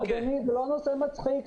אדוני, זה לא נושא מצחיק.